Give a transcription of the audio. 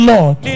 Lord